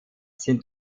sind